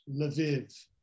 Lviv